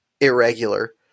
irregular